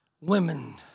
Women